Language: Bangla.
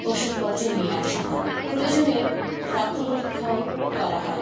ওষুদপত্র নিয়ে আসা হয় প্রয়োজনে রক্ত পরীক্ষাও করা হয়